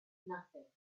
nothing